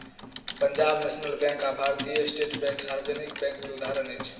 Punjab national bank आ भारतीय state bank सार्वजनिक बैंक के उदाहरण अछि